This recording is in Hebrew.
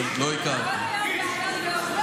כל היום בעיות זהות.